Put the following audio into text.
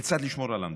כיצד לשמור על המדינה.